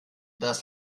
das